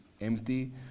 empty